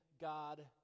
God